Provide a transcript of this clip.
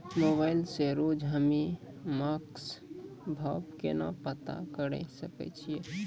Mobile से रोजे हम्मे मार्केट भाव केना पता करे सकय छियै?